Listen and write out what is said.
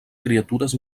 criatures